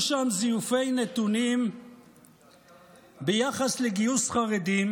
שם זיופי נתונים ביחס לגיוס חרדים,